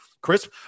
Chris